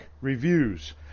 Reviews